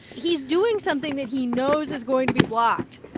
he's doing something that he knows is going to be blocked,